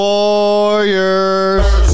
Warriors